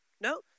No